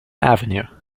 avenue